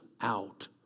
out